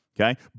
okay